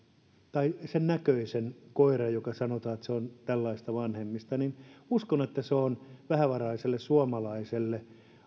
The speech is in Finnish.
tai sen näköisen koiran josta sanotaan että se on tällaisista vanhemmista niin uskon että se on vähävaraiselle suomalaiselle